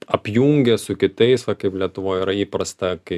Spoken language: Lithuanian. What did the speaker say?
apjungia su kitais va kaip lietuvoj yra įprasta kai